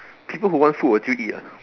people who want food will still eat [what]